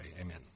Amen